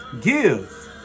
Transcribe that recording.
give